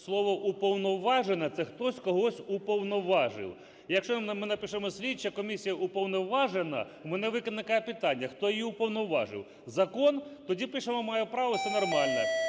Слово "уповноважена" – це хтось когось уповноважив. Якщо ми напишемо: слідча комісія уповноважена, у мене виникає питання: хто її уповноважив? Закон? Тоді пишемо: має право – все нормально.